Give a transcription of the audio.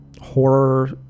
horror